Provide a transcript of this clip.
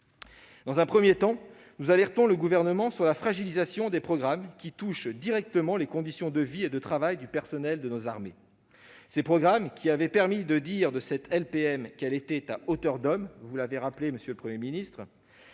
Dans un premier temps, nous alertons le Gouvernement sur la fragilisation des programmes qui touchent directement les conditions de vie et de travail du personnel de nos armées, programmes qui avaient permis de dire de cette LPM qu'elle était « à hauteur d'homme ». Certes, nous saluons